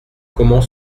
comment